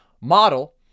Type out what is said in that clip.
model